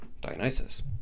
Dionysus